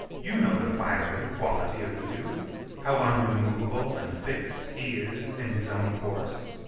you know the fiery quality of the duke how unremovable and fix'd he is in his own course.